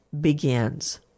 begins